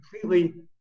completely